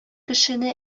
кешене